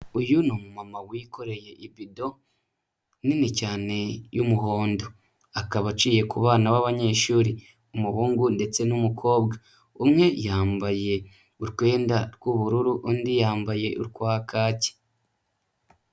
Uyu ni umumama wikoreye ibido nini cyane y'umuhondo, akaba aciye ku bana b'abanyeshuri, umuhungu ndetse n'umukobwa, umwe yambaye urwenda rw'ubururu, undi yambaye urwa kaki.